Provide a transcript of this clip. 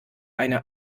eine